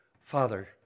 Father